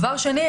דבר שני,